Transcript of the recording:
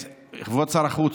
כבוד שר החוץ,